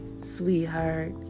sweetheart